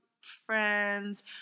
friends